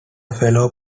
fellow